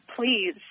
please